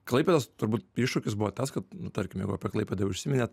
klaipėdos turbūt iššūkis buvo tas kad nu nutarkim jeigu apie klaipėdą jau užsiminėt